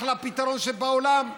אחלה פתרון שבעולם.